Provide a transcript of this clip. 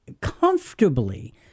comfortably